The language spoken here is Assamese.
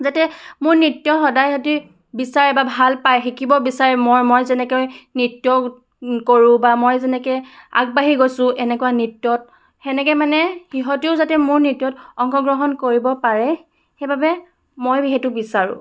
যাতে মোৰ নৃত্য সদায় সিহঁতি বিচাৰে বা ভাল পায় শিকিব বিচাৰে মই মই যেনেকৈ নৃত্য কৰোঁ বা মই যেনেকৈ আগবাঢ়ি গৈছোঁ এনেকুৱা নৃত্যত সেনেকৈ মানে সিহঁতিও যাতে মোৰ নৃত্যত অংশগ্ৰহণ কৰিব পাৰে সেইবাবে মই সেইটো বিচাৰোঁ